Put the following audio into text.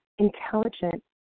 intelligent